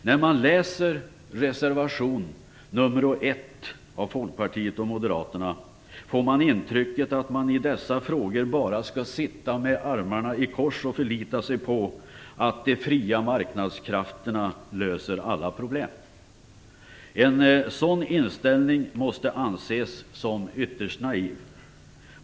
När man läser reservation nr 1 av Folkpartiet och Moderaterna får man intrycket att man i dessa frågor bara skall sitta med armarna i kors och förlita sig på att de fria marknadskrafterna löser alla problem. En sådan inställning måste anses som ytterst naiv.